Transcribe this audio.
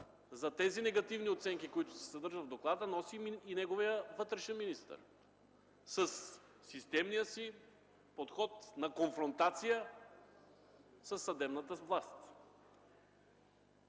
за тези негативни оценки, които се съдържат в доклада, носи и неговият вътрешен министър със системния си подход на конфронтация със съдебната власт.